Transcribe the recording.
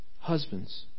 Husbands